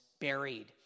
buried